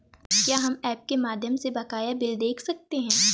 क्या हम ऐप के माध्यम से बकाया बिल देख सकते हैं?